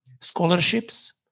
scholarships